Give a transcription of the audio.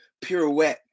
pirouette